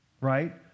right